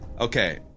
Okay